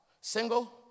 Single